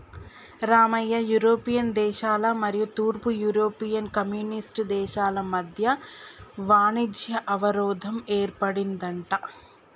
Ramayya European దేశాల మరియు తూర్పు యూరోపియన్ కమ్యూనిస్ట్ దేశాల మధ్య వాణిజ్య అవరోధం ఏర్పడిందంట